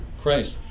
Christ